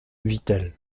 vittel